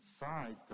inside